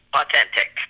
authentic